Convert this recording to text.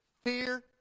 Fear